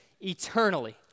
eternally